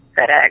FedEx